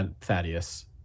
Thaddeus